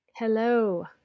Hello